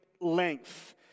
length